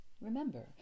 remember